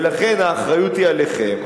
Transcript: ולכן האחריות היא עליכם.